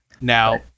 Now